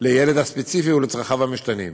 לילד הספציפי ולצרכיו המשתנים.